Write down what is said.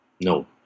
no